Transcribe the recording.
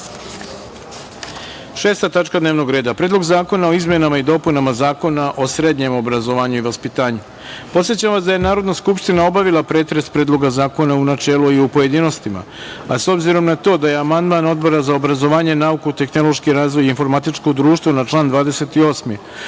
tačka dnevnog reda – Predlog zakona o izmenama i dopunama Zakona o srednjem obrazovanju i vaspitanju. Podsećam vas da je Narodna skupština obavila pretres Predloga zakona u načelu i u pojedinostima, a s obzirom na to da je amandman Odbora za obrazovanje, nauku, tehnološki razvoj i informatičko društvo na član 28.